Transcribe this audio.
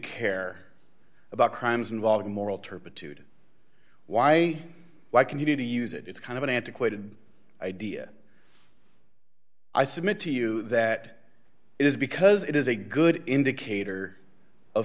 care about crimes involving moral turpitude why why continue to use it it's kind of an antiquated idea i submit to you that it is because it is a good indicator of